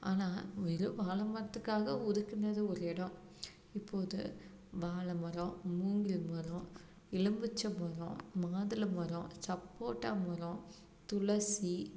ஆனால் வெறும் வாழை மரத்துக்காக ஒதுக்கினது ஒரு இடோம் இப்போது வாழை மரம் மூங்கில் மரம் எலும்மிச்ச மரம் மாதுளை மரம் சப்போட்டா மரம் துளசி